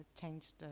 changed